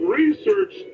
research